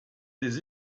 des